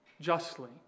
justly